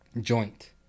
joint